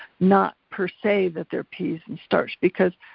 not per se that they're peas and starch. because